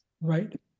Right